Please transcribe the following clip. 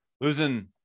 losing